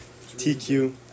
TQ